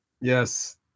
Yes